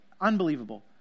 Unbelievable